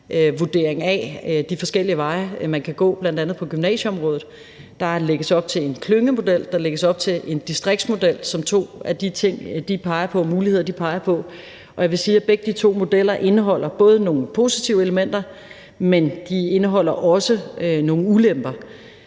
ekspertvurdering af de forskellige veje, man kan gå, på bl.a. gymnasieområdet. Der lægges op til en klyngemodel, og der lægges op til en distriktsmodel som to af de muligheder, de peger på. Jeg vil sige, at begge de to modeller indeholder nogle positive elementer, men de indeholder også nogle ulemper.